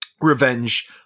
Revenge